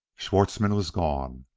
schwartzmann was gone.